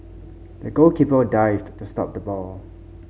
the goalkeeper dived to stop the ball